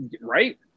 right